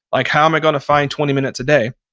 like how am i going to find twenty minutes a day?